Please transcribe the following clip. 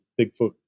Bigfoot